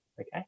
Okay